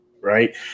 right